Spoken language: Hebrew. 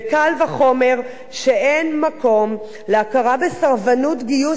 וקל וחומר שאין מקום להכרה בסרבנות גיוס